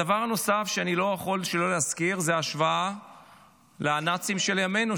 דבר נוסף שאני לא יכול שלא להזכיר הוא השוואה לנאצים של ימינו,